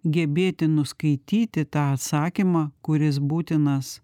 gebėti nuskaityti tą atsakymą kuris būtinas